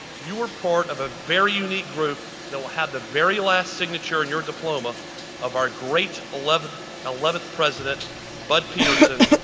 you are part of a very unique group that will have the very last signature in your diploma of our great eleventh eleventh president bud peterson.